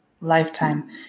lifetime